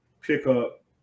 pickup